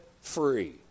free